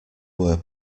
were